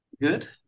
Good